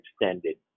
extended